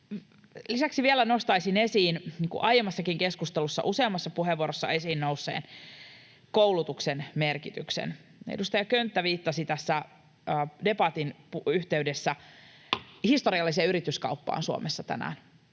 Lisäksi vielä nostaisin esiin aiemmassakin keskustelussa useammassa puheenvuorossa esiin nousseen koulutuksen merkityksen. Edustaja Könttä viittasi debatin yhteydessä historialliseen yrityskauppaan Suomessa tänään.